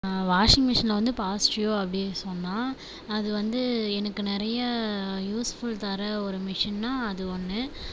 வாஷிங்மெஷினில் வந்து பாசிட்டிவ் அப்படின்னு சொன்னால் அது வந்து எனக்கு நிறையா யூஸ்ஃபுல் தர ஒரு மிஷின்னால் அது ஒன்று